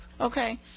Okay